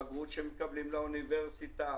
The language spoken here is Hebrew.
בגרות שמקבלים לאוניברסיטה,